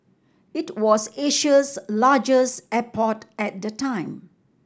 it was Asia's largest airport at the time